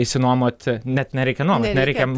išsinuomot net nereikia nuomot nereikia